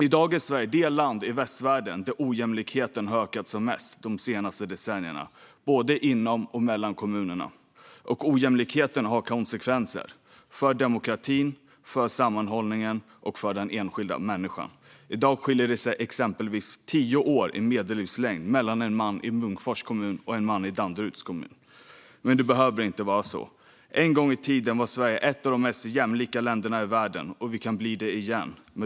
I dag är Sverige det land i västvärlden där ojämlikheten har ökat mest de senaste decennierna, både inom och mellan kommunerna. Och ojämlikheten har konsekvenser - för demokratin, för sammanhållningen och för den enskilda människan. I dag skiljer det exempelvis tio år i medellivslängd mellan en man i Munkfors kommun och en man i Danderyds kommun. Men det behöver inte vara så. En gång i tiden var Sverige ett av de mest jämlika länderna i världen, och vi kan bli det igen.